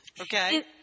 Okay